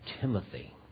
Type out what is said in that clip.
Timothy